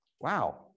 Wow